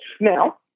Now